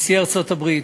נשיא ארצות-הברית,